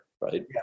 right